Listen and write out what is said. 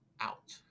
out